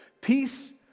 Peace